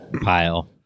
pile